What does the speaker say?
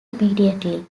immediately